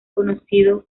conocido